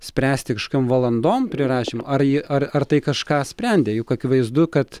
spręsti kažkiom valandom prirašymų ar ar tai kažką sprendė juk akivaizdu kad